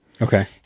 Okay